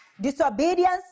disobedience